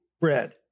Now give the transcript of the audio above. bread